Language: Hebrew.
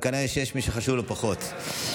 אני קובע שהצעת חוק ההוצאה לפועל (תיקון מס' 74)